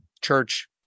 church